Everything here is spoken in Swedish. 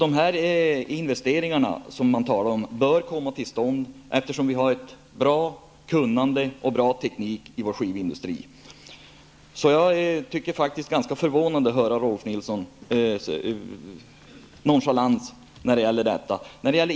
De investeringar man talar om bör komma till stånd, eftersom vi har ett bra kunnande och en bra teknik i vår skivindustri. Jag tycker faktiskt att det är ganska förvånande att höra hur nonchalant Rolf L Nilson är i fråga om detta.